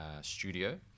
studio